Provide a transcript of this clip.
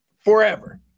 forever